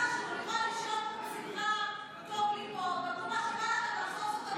את שווה 15 ח"כים באופוזיציה ביכולת שלך לעשות פיליבסטר.